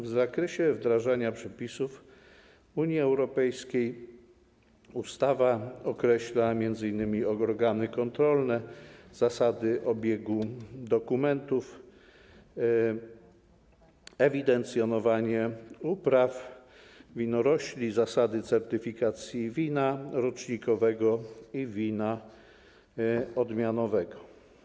W zakresie wdrażania przepisów Unii Europejskiej w ustawie określa się m.in. organy kontrolne, zasady obiegu dokumentów, ewidencjonowanie upraw winorośli, zasady certyfikacji wina rocznikowego i wina odmianowego.